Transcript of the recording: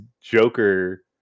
Joker